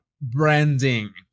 branding